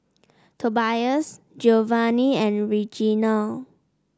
Tobias Giovanny and Reginal